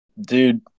dude